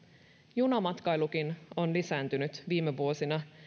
junamatkailukin on lisääntynyt viime vuosina